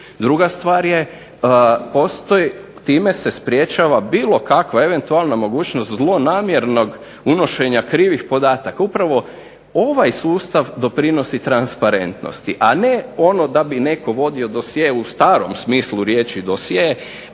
Druga stvar je time se sprječava bilo kakva eventualna mogućnost zlonamjernog unošenja krivih podataka. Upravo ovaj sustav doprinosi transparentnosti, a ne ono da bi netko vodio dosje u starom smislu riječi dosje